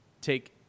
take